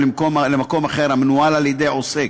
או למקום אחר המנוהל על-ידי עוסק,